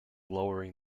lowering